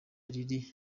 riri